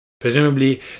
presumably